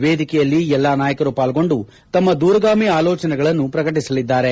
ವೇದಿಕೆಯಲ್ಲಿ ಎಲ್ಲ ನಾಯಕರು ಪಾಲ್ಗೊಂಡು ತಮ್ಮ ದೂರಗಾಮಿ ಆಲೋಚನೆಗಳನ್ನು ಪ್ರಕಟಸಲಿದ್ದಾರೆ